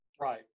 Right